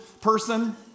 person